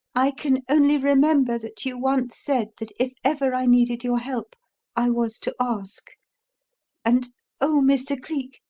i can only remember that you once said that if ever i needed your help i was to ask and oh, mr. cleek,